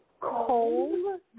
Cold